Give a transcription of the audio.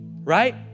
right